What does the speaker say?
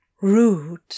Rude